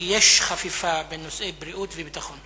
כי יש חפיפה בנושאי בריאות וביטחון.